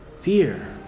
Fear